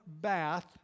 bath